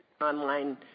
online